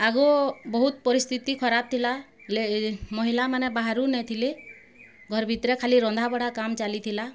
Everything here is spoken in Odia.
ଆଗ ବହୁତ୍ ପରିସ୍ଥିତି ଖରାପ୍ ଥିଲା ମହିଲା ମାନେ ବାହାରୁ ନାଇଁଥିଲେ ଘର୍ ଭିତରେ ଖାଲି ରନ୍ଧାବଢ଼ା କାମ୍ ଚାଲିଥିଲା